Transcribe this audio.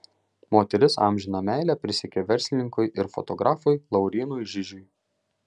moteris amžiną meilę prisiekė verslininkui ir fotografui laurynui žižiui